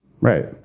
Right